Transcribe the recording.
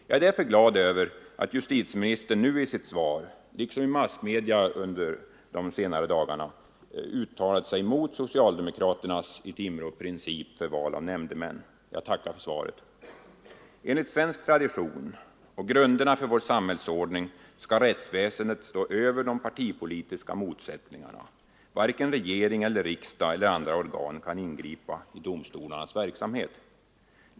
Jag är därför glad över att justitieministern nu i sitt svar, liksom i massmedia under de senaste dagarna, uttalat sig mot socialdemokraternas i Timrå princip för val av nämndemän. Jag tackar för svaret. Enligt svensk tradition och enligt grunderna för vår samhällsordning skall rättsväsendet stå över de partipolitiska motsättningarna. Varken regering eller riksdag eller andra organ kan ingripa i domstolarnas verksamhet.